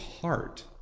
heart